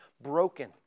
broken